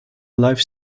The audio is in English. life